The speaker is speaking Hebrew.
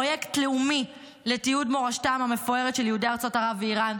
פרויקט לאומי לתיעוד מורשתם המפוארת של יהודי ארצות ערב ואיראן.